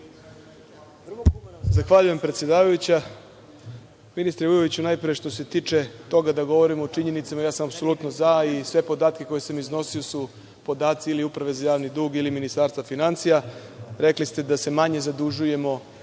Zahvaljujem, predsedavajuća. Ministre Vujoviću, najpre, što se tiče toga da govorimo o činjenicama, ja sam apsolutno za, i sve podatke koje sam iznosio su podaci ili Uprave za javni dug, ili Ministarstva finansija. Rekli ste da se manje zadužujemo